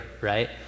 right